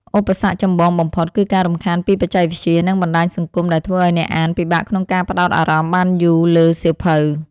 ឧបសគ្គចម្បងបំផុត គឺការរំខានពីបច្ចេកវិទ្យា និងបណ្ដាញសង្គមដែលធ្វើឱ្យអ្នកអានពិបាកក្នុងការផ្ដោតអារម្មណ៍បានយូរលើសៀវភៅ។